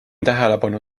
tähelepanu